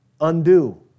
undo